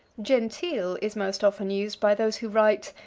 genteel is most often used by those who write,